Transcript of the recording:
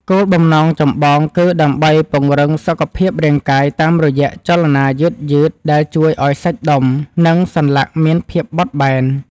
គោលបំណងចម្បងគឺដើម្បីពង្រឹងសុខភាពរាងកាយតាមរយៈចលនាយឺតៗដែលជួយឱ្យសាច់ដុំ និងសន្លាក់មានភាពបត់បែន។